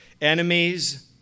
enemies